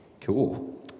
Cool